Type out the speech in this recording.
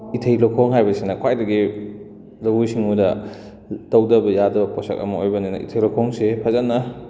ꯏꯊꯩ ꯂꯧꯈꯣꯡ ꯍꯥꯏꯕꯁꯤꯅ ꯈ꯭ꯋꯥꯏꯗꯒꯤ ꯂꯧꯎ ꯁꯤꯡꯎꯕꯗ ꯇꯧꯗꯕ ꯌꯥꯗꯕ ꯄꯣꯠꯁꯛ ꯑꯃ ꯑꯣꯏꯕꯅꯤꯅ ꯏꯊꯩ ꯂꯧꯈꯣꯡꯁꯦ ꯐꯖꯅ